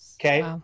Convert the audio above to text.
Okay